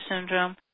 syndrome